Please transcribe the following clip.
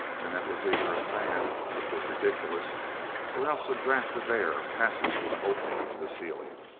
and that was either a fan which was ridiculous or else a draught of air passing through an opening in the ceiling.